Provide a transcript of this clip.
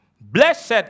Blessed